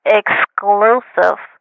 exclusive